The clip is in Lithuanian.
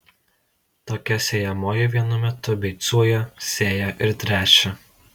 tokia sėjamoji vienu metu beicuoja sėja ir tręšia